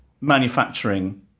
manufacturing